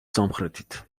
სამხრეთით